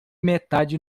metade